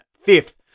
fifth